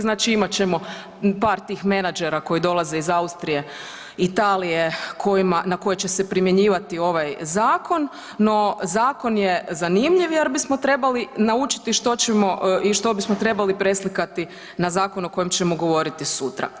Znači imat ćemo par tih menadžera koji dolaze iz Austrije, Italije kojima, na koje će se primjenjivati ova zakon, no zakon je zanimljiv jer bismo trebali naučiti što ćemo i što bismo trebali preslikati na zakon o kojem ćemo govoriti sutra.